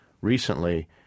recently